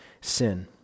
sin